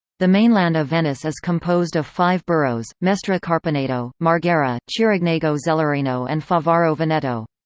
the mainland of venice is composed of five boroughs mestre-carpenedo, marghera, chirignago-zelarino and favaro veneto.